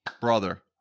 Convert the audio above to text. brother